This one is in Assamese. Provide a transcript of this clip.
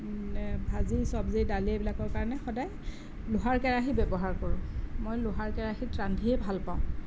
ভাজি চব্জি দালি এইবিলাকৰ কাৰণে সদায় লোহাৰ কেৰাহী ব্যৱহাৰ কৰোঁ মই লোহাৰ কেৰাহীত ৰান্ধিয়ে ভালপাওঁ